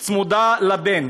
שתהיה צמודה לבן.